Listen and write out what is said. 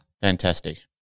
Fantastic